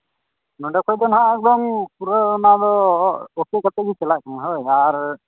ᱱᱚᱰᱮ ᱠᱷᱚᱱ ᱫᱚ ᱦᱟᱸᱜ ᱮᱠᱫᱚᱢ ᱯᱩᱨᱟᱹ ᱚᱱᱟᱫᱚ ᱚᱴᱳ ᱠᱟᱛᱮᱫ ᱜᱮ ᱪᱟᱞᱟᱜ ᱠᱟᱱᱟ ᱟᱨ